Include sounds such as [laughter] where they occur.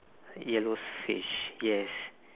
[breath] yellow fish yes